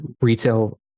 retail